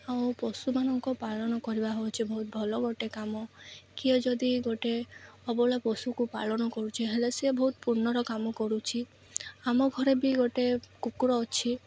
ଆଉ ପଶୁମାନଙ୍କ ପାଳନ କରିବା ହେଉଛି ବହୁତ ଭଲ ଗୋଟେ କାମ କିଏ ଯଦି ଗୋଟେ ଅବଲା ପଶୁକୁ ପାଳନ କରୁଚେ ହେଲେ ସିଏ ବହୁତ ପୂଣ୍ୟର କାମ କରୁଛି ଆମ ଘରେ ବି ଗୋଟେ କୁକୁର ଅଛି